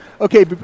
Okay